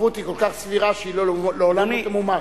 הערבות כל כך סבירה שהיא לעולם לא תמומש.